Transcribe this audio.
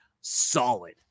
solid